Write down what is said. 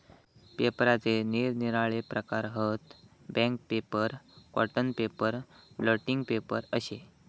पेपराचे निरनिराळे प्रकार हत, bank paper, cotton paper, blotting paper अशे